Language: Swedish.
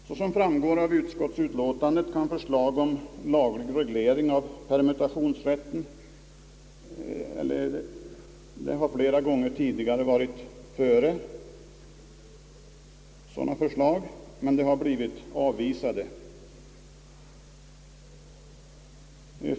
Såsom framgår av utskottsutlåtandet, har förslag ställts om laglig reglering av permutationsrätten flera gånger tidigare, men de har blivit avvisade.